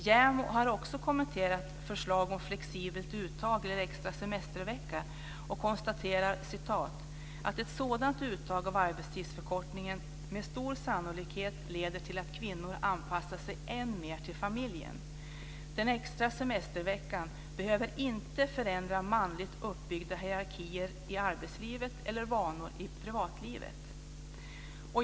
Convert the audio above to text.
JämO har också kommenterat förslag om flexibelt uttag eller en extra semestervecka och konstaterar att ett sådant uttag av arbetstidsförkortningen med stor sannolikhet leder till att kvinnor anpassar sig än mer till familjen. Den extra semesterveckan behöver inte förändra manligt uppbyggda hierarkier i arbetslivet eller vanor i privatlivet.